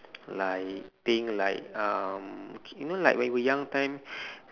like think like um okay you know when we young time